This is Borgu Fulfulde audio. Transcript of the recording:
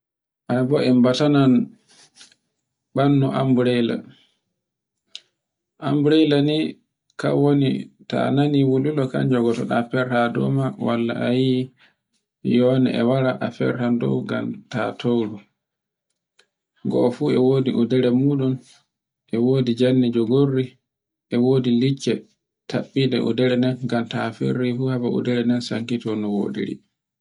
Ai bo en matanan bandu amburela, amburela ni kan woni, ta nani wululo kan jogotoɓa ferha dow ma walla a yi yone e wara a ferhan dow nganta towru. Goo fu e wodi wudere muɗum e wodi jonnde jogorre e wodi licce taffiɗe uderen den, ngatta fire de nden sankto no woɗiri